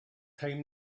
time